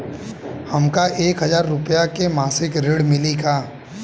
हमका एक हज़ार रूपया के मासिक ऋण मिली का?